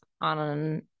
on